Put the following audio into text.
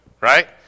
right